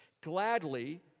Gladly